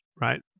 right